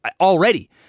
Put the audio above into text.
already